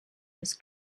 des